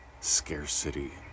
scarcity